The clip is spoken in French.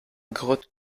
grotte